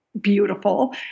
beautiful